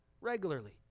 regularly